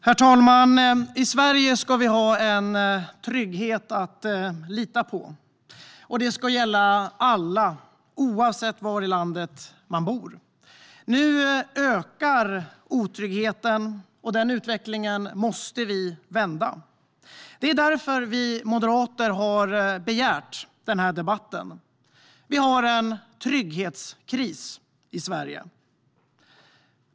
Herr talman! I Sverige ska vi ha en trygghet att lita på. Det ska gälla alla, oavsett var i landet man bor. Nu ökar otryggheten, och vi måste vända utvecklingen. Det är därför som vi moderater har begärt denna debatt. Vi har en trygghetskris i Sverige.